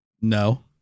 no